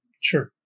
Sure